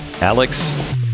Alex